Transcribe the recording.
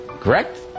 correct